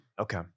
Okay